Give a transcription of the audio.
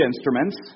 instruments